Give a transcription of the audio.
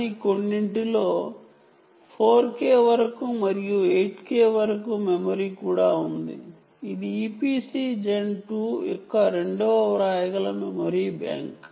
కానీ కొన్నింటిలో 4 k వరకు మరియు 8 k వరకు మెమరీ కూడా ఉంది ఇది EPC gen 2 యొక్క రెండవ వ్రాయగల మెమరీ బ్యాంక్